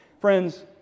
friends